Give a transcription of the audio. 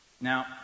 Now